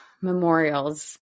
memorials